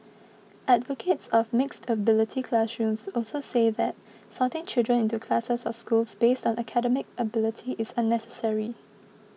advocates of mixed ability classrooms also say that sorting children into classes or schools based on academic ability is unnecessary